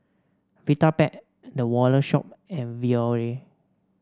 Vitapet The Wallet Shop and Biore